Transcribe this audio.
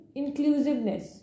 inclusiveness